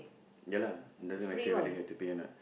yea lah doesn't matter whether you have to pay a not